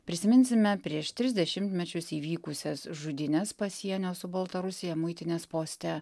prisiminsime prieš tris dešimtmečius įvykusias žudynes pasienio su baltarusija muitinės poste